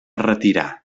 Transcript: retirar